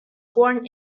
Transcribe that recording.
born